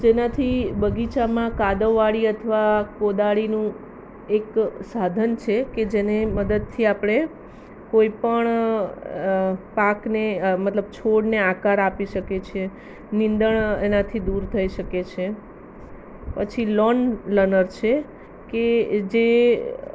જેનાથી બગીચામાં કાદવવળી અથવા કોદાળીનું એક સાધન છે કે જેને મદદથી આપણે કોઈપણ પાકને મતલબ છોડને આકાર આપી શકીએ છીએ નીંદણ એનાથી દૂર થઈ શકે છે પછી લોન લનર છે કે જે